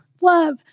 love